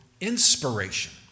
inspiration